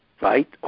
right